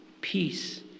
peace